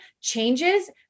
changes